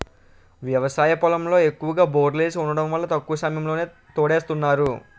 వ్యవసాయ పొలంలో ఎక్కువ బోర్లేసి వుండటం వల్ల తక్కువ సమయంలోనే తోడేస్తున్నారు